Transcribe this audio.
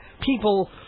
people